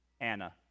Anna